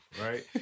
right